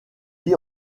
vit